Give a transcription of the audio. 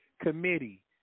Committee